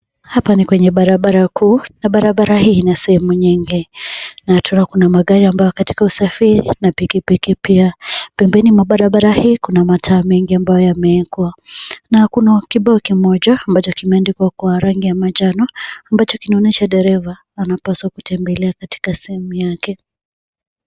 Hapa ni kwenye barabara kuu, na barabara hii ina sehemu nyingi. Na tena kuna magari ambayo yako katika usafiri na pikipiki pia. Pembeni mwa barabara hii kuna mataa mengi ambayo yameekwa. Na kuna kibao kimoja ambacho kimeandikwa kwa rangi ya manjano ambacho kinaonyesha dereva anapaswa kutembelea katika sehemu yake.